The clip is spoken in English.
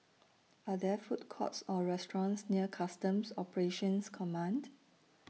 Are There Food Courts Or restaurants near Customs Operations Command